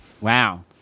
Wow